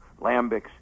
lambics